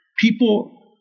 People